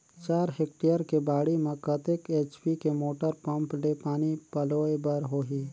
चार हेक्टेयर के बाड़ी म कतेक एच.पी के मोटर पम्म ले पानी पलोय बर होही?